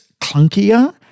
clunkier